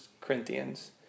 Corinthians